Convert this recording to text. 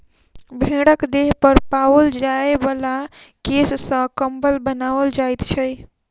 भेंड़क देह पर पाओल जाय बला केश सॅ कम्बल बनाओल जाइत छै